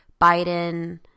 Biden